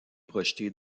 projetée